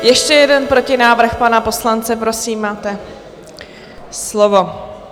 Ještě jeden protinávrh pana poslance, prosím, máte slovo.